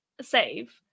save